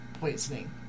poisoning